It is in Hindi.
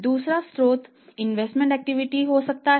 दूसरा स्रोत इन्वेस्टमेंट एक्टिविटीज हो सकती हैं